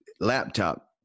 laptop